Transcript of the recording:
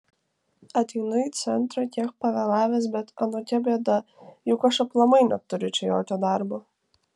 ateinu į centrą kiek pavėlavęs bet anokia bėda juk aš aplamai neturiu čia jokio darbo